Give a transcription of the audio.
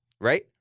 Right